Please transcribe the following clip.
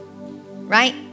right